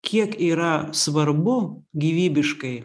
kiek yra svarbu gyvybiškai